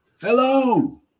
Hello